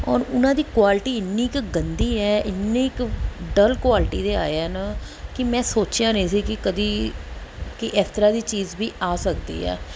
ਔਰ ਉਹਨਾਂ ਦੀ ਕੁਆਲਿਟੀ ਇੰਨੀ ਕੁ ਗੰਦੀ ਹੈ ਇੰਨੀ ਕੁ ਡਲ ਕੁਆਲਿਟੀ ਦੇ ਆਏ ਆ ਨਾ ਕਿ ਮੈਂ ਸੋਚਿਆ ਨਹੀਂ ਸੀ ਕਿ ਕਦੇ ਕਿ ਇਸ ਤਰ੍ਹਾਂ ਦੀ ਚੀਜ਼ ਵੀ ਆ ਸਕਦੀ ਆ